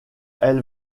elle